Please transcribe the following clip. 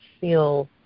feel